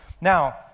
now